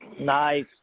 Nice